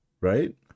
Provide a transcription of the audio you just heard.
right